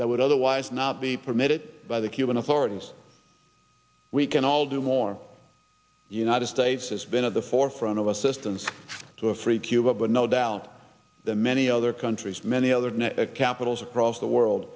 that would otherwise not be permitted by the cuban authorities we can all do more united states has been at the forefront of assistance to a free cuba but no doubt many other countries many other capitals across the world